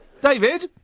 David